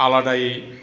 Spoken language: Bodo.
आलादायै